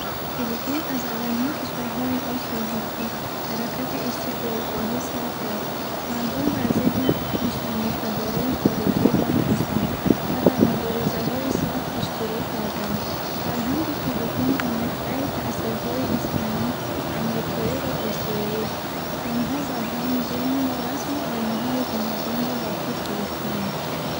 Филиппин аз аввалин кишварҳои Осиё буд, ки ҳаракати истиқлолхоҳӣ сар кард. Мардум бар зидди мустамликадорони хориҷӣ бархостанд ва дар муборизаҳои сахт иштирок карданд. Фарҳанги Филиппин омехтаи таъсирҳои испанӣ, амрикоӣ ва осиёист. Онҳо забон, дин ва расму оинҳои гуногунро ба худ гирифтанд.